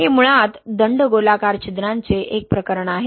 हे मुळात दंडगोलाकार छिद्रांचे एक प्रकरण आहे